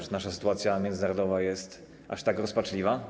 Czy nasza sytuacja międzynarodowa jest aż tak rozpaczliwa?